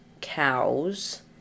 cows